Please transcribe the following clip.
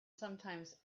sometimes